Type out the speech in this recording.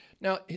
Now